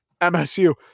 MSU